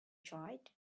tried